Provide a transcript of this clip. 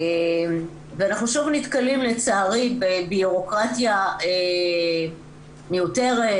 אנחנו שוב נתקלים לצערי בבירוקרטיה מיותרת,